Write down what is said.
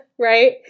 right